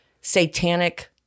satanic